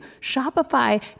Shopify